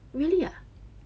really ah